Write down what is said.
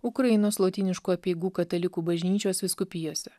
ukrainos lotyniškų apeigų katalikų bažnyčios vyskupijose